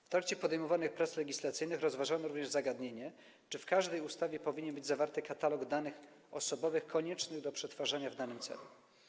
W trakcie podejmowanych prac legislacyjnych rozważano również zagadnienie, czy w każdej ustawie powinien być zawarty katalog danych osobowych koniecznych do przetwarzania w danym celu.